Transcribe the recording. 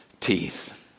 teeth